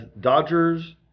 Dodgers